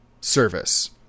service